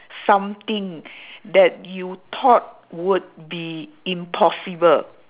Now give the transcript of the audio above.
something that you thought would be impossible